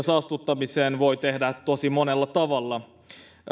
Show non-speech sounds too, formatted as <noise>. <unintelligible> saastuttamiseen voi tehdä tosi monella tavalla